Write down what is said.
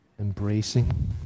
embracing